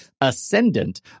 Ascendant